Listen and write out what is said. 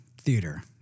theater